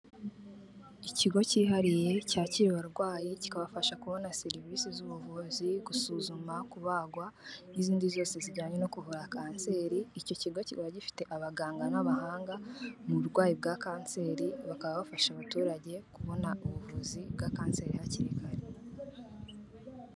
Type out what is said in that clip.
Ikigo cyihariye cyakira abarwayi kikabafasha kubona serivisi z'ubuvuzi, gusuzuma, kubagwa, n'izindi zose zijyanye no ku kuvura kanseri, icyo kigo kikaba gifite abaganga n'abahanga mu burwayi bwa kanseri, bakaba bafasha abaturage kubona ubuvuzi bwa kanseri hakiri kare.